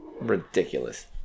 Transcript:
Ridiculous